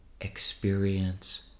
experience